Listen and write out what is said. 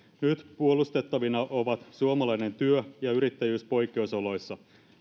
nyt puolustettavina ovat suomalainen työ ja yrittäjyys poikkeusoloissa